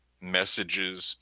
messages